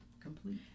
complete